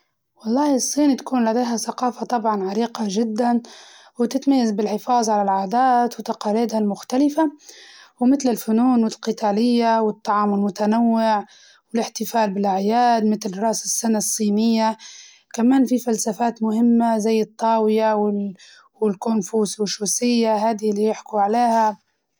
والله الصين تكون لديها ثقافة طبعاً عريقة جداً وتتميز بالحفاظ على العادات وتقاليدها المختلفة، ومتل الفنون القتالية والطعام المتنوع والاحتفال بالأعياد متل راس السنة الصينية، كمان في فلسفات مهمة زي الطاوية وال- والكنفوشوسية هادي اللي يحكوا عليها.